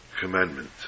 commandment